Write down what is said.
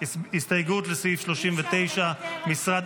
נצביע על הסתייגויות לסעיף 39, משרד